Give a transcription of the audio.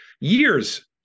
years